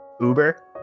Uber